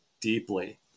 deeply